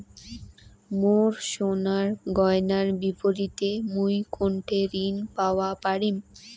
মোর সোনার গয়নার বিপরীতে মুই কোনঠে ঋণ পাওয়া পারি?